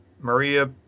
Maria